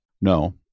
No